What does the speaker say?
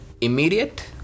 immediate